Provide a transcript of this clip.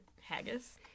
haggis